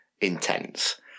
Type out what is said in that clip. intense